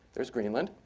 there's greenland.